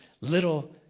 little